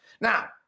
Now